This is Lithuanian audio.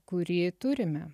kurį turime